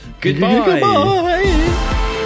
goodbye